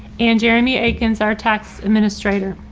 and jeremy aikens, our tax administrator.